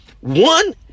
one